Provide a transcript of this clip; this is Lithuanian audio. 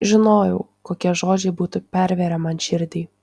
žinojau kokie žodžiai būtų pervėrę man širdį